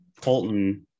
Colton